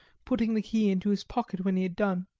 putting the key into his pocket when he had done.